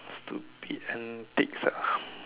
stupid antics ah